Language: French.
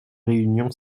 réunion